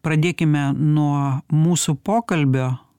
pradėkime nuo mūsų pokalbio